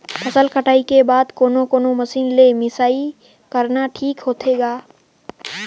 फसल कटाई के बाद कोने कोने मशीन ले मिसाई करना ठीक होथे ग?